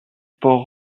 port